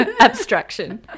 Abstraction